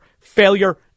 Failure